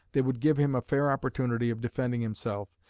they would give him a fair opportunity of defending himself,